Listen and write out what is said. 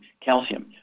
calcium